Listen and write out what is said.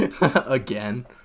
again